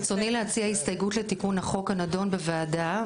ברצוני להציע הסתייגות לתיקון החוק הנדון בוועדה.